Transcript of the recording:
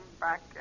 back